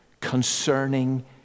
concerning